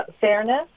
fairness